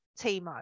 Timo